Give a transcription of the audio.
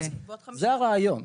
זה הרעיון.